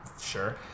sure